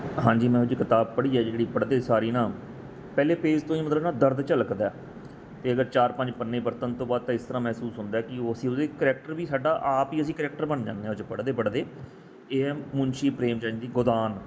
ਹਾਂਜੀ ਮੈਂ ਇਹੋ ਜੀ ਕਿਤਾਬ ਪੜ੍ਹੀ ਹੈ ਜਿਹੜੀ ਪੜ੍ਹਦੇ ਸਾਰ ਹੀ ਨਾ ਪਹਿਲੇ ਪੇਜ ਤੋਂ ਹੀ ਮਤਲਬ ਨਾ ਦਰਦ ਝਲਕਦਾ ਅਤੇ ਅਗਰ ਚਾਰ ਪੰਜ ਪੰਨੇ ਵਰਤਨ ਤੋਂ ਬਾਅਦ ਤਾਂ ਇਸ ਤਰ੍ਹਾਂ ਮਹਿਸੂਸ ਹੁੰਦਾ ਕਿ ਉਹ ਅਸੀਂ ਉਹਦੇ ਕਰੈਕਟਰ ਵੀ ਸਾਡਾ ਆਪ ਹੀ ਅਸੀਂ ਕਰੈਕਟਰ ਬਣ ਜਾਂਦੇ ਹਾਂ ਉਹ 'ਚ ਪੜ੍ਹਦੇ ਪੜ੍ਹਦੇ ਇਹ ਹੈ ਮੁਨਸ਼ੀ ਪ੍ਰੇਮ ਚੰਦ ਦੀ ਗੋਦਾਨ